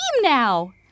now